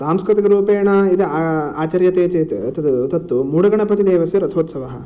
सांस्कृतिकरूपेण यद् आचर्यते चेत् तद् तत्तु मूडगणपतिदेवस्य रथोत्सवः